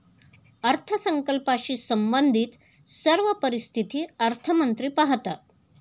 अर्थसंकल्पाशी संबंधित सर्व परिस्थिती अर्थमंत्री पाहतात